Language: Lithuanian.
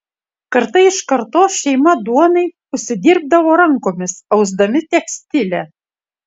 karta iš kartos šeima duonai užsidirbdavo rankomis ausdami tekstilę